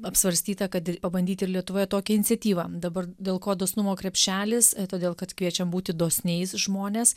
apsvarstyta kad pabandyt ir lietuvoje tokią iniciatyvą dabar dėl ko dosnumo krepšelis todėl kad kviečiam būti dosniais žmones